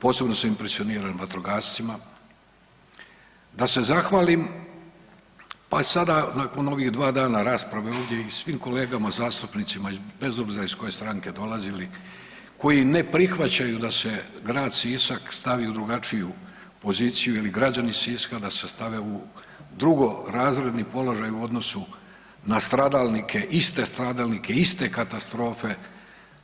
Posebno sam impresioniran vatrogascima da se zahvalim, pa i sada nakon dva dana rasprave ovdje i svim kolegama zastupnicima bez obzira iz koje stranke dolazili koji ne prihvaćaju da se grad Sisak stavi u drugačiju poziciju ili građani Siska da se stave u drugorazredni položaj u odnosu na stradalnike, iste stradalnike, iste katastrofe